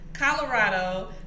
Colorado